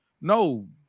No